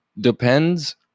depends